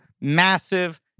massive